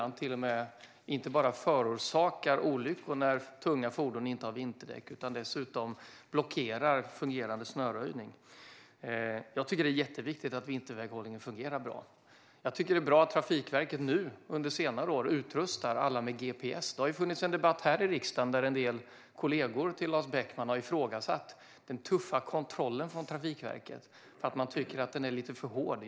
När tunga fordon inte har vinterdäck förorsakar det inte bara olyckor, utan det blockerar dessutom snöröjningen. Jag tycker att det är jätteviktigt att vinterväghållningen fungerar bra. Jag tycker att det är bra att Trafikverket nu under senare år utrustar alla med gps. Det har ju funnits en debatt här i riksdagen där en del kollegor till Lars Beckman har ifrågasatt den tuffa kontrollen från Trafikverket för att man tycker att den är lite för hård.